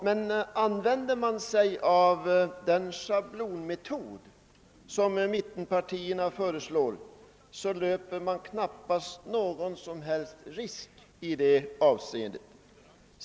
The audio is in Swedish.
Men använder man sig av den schablonmetod som mittenpartierna föreslår löper man knappast någon som helst risk i detta avseende.